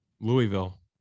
Louisville